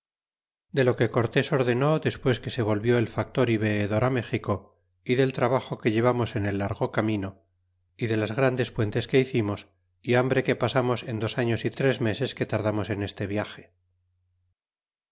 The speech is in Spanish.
de lo que cortés ordenó despues que se volvió el factor y veedor méxico y del trabajo que llevamos en el largo camino y de las grandes puentes que hicimos y hambre que pasamos en dos arma y tres meses que tardamos en este viage